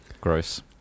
Gross